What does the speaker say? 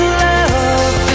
love